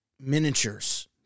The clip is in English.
miniatures